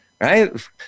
right